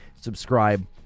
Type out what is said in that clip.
subscribe